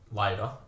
later